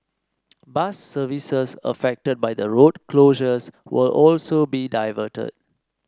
bus services affected by the road closures will also be diverted